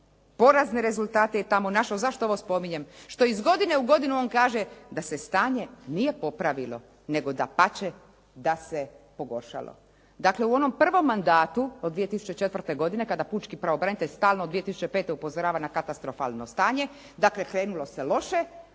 porazne rezultate je tamo našao. Zašto ovo spominjem? Što iz godine u godinu kaže da se stanje nije popravilo, nego dapače da se pogoršalo. Dakle, u onom prvom mandatu od 2004. godine kada pučki pravobranitelj stalno 2005. upozorava na katastrofalno stanje, dakle krenulo se loše,